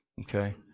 Okay